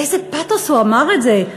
באיזה פתוס הוא אמר את זה.